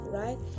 right